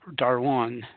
Darwan